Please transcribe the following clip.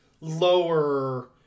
lower